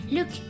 Look